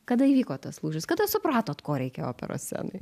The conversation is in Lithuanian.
kada įvyko tas lūžis kada supratot ko reikia operos scenoj